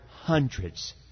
hundreds